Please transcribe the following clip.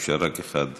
אפשר רק אחד.